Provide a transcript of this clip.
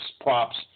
props